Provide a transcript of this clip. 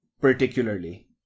particularly